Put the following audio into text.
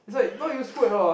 it's like not useful at all uh